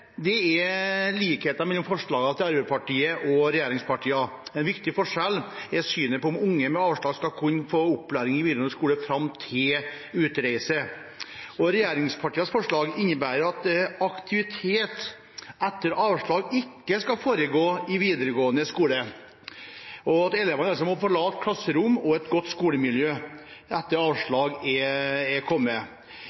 Det er likheter mellom forslaget fra Arbeiderpartiet og forslaget til vedtak fra regjeringspartiene. En viktig forskjell er synet på om ungdommer med avslag skal kunne få opplæring i videregående skole fram til utreise. Regjeringspartienes forslag innebærer at aktivitet etter avslag ikke skal foregå i videregående skole, og at elevene må forlate klasserom og et godt skolemiljø etter